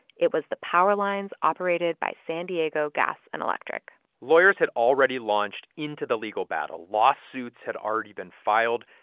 it was the power lines operated by san diego gas and electric lawyers had already launched into the legal battle. lawsuits had already been filed.